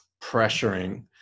pressuring